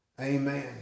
amen